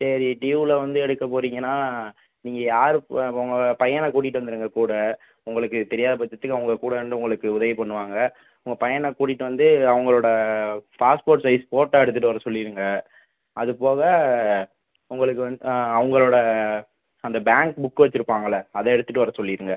சரி டியூவில வந்து எடுக்கப் போகறிங்கன்னா நீங்கள் யார் உங்கள் பையனை கூட்டிகிட்டு வந்துவிடுங்க கூட உங்களுக்கு தெரியாத பட்சத்துக்கு அவங்க கூட இருந்து உங்களுக்கு உதவி பண்ணுவாங்க உங்கள் பையனை கூட்டிகிட்டு வந்து அவங்களோட பாஸ்போர்ட் சைஸ் ஃபோட்டோ எடுத்துகிட்டு வர சொல்லிவிடுங்க அது போக உங்களுக்கு வந்து அவங்களோட அந்த பேங்க் புக் வச்சுருப்பாங்கல்ல அதை எடுத்துட்டு வர சொல்லிவிடுங்க